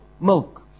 milk